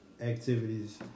activities